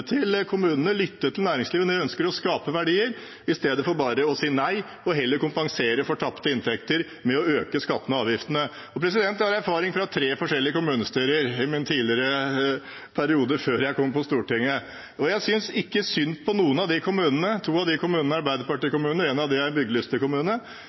til kommunene, lytte til næringslivet når de ønsker å skape verdier, i stedet for bare å si nei og heller kompensere for tapte inntekter ved å øke skattene og avgiftene. Jeg har erfaring fra tre forskjellige kommunestyrer fra perioden før jeg kom på Stortinget, og jeg synes ikke synd på noen av de kommunene. To av kommunene er Arbeiderparti-kommuner, én er en bygdelistekommune. De har dessverre alle eiendomsskatt, og én av kommunene